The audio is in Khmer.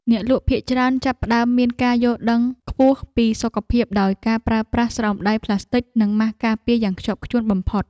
អ្នកលក់ភាគច្រើនចាប់ផ្ដើមមានការយល់ដឹងខ្ពស់ពីសុខភាពដោយការប្រើប្រាស់ស្រោមដៃប្លាស្ទិចនិងម៉ាសការពារយ៉ាងខ្ជាប់ខ្ជួនបំផុត។